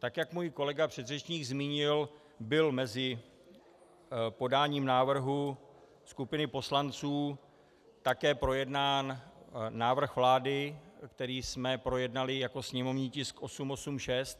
Tak jak můj kolega předřečník zmínil, byl mezi podáním návrhu skupiny poslanců také projednán návrh vlády, který jsme projednali jako sněmovní tisk 886,